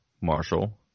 Marshall